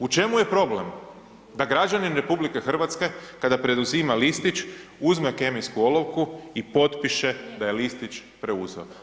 U čemu je problem da građanin RH kada preuzima listić, uzme kemijsku olovku i potpiše da je listić preuzeo?